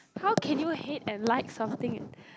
how can you hate and like something